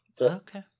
Okay